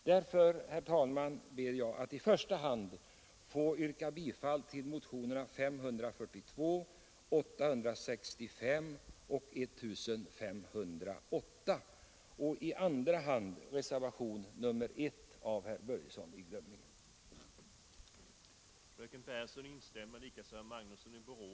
Därför, herr talman, ber jag att i första hand få yrka bifall till motionerna 542, 865 och 1508 samt i andra hand bifall till reservationen 1 av herr Börjesson i Glömminge m.fl. ;